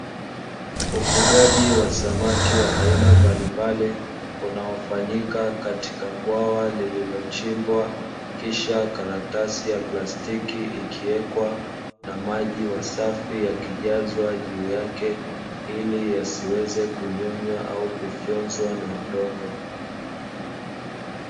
Ufugaji wa samaki wa aina mbalimbali unaofanyika katika bwawa lililochimbwa, kisha karatasi ya plastiki ikiwekwa na maji masafi ya kijazwa juu yake ili yasiweze kunyonywa au kufyonzwa na udongo.